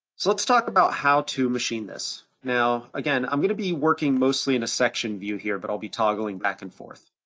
so let's talk about how to machine this. now, again, i'm gonna be working mostly in a section view here, but i'll be toggling back and forth,